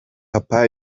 papa